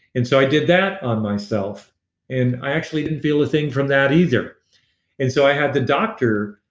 and so i did that on myself and i actually didn't feel a thing from that either and so i had the doctor,